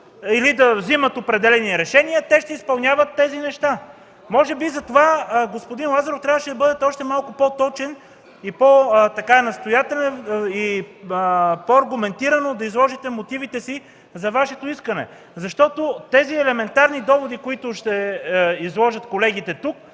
или да вземат определени решения, те ще изпълняват тези неща. Може би затова, господин Лазаров, трябваше да бъдете малко по-точен, по-настоятелен и по-аргументирано да изложите мотивите си за Вашето искане. Защото тези елементарни доводи, които ще изложат колегите тук,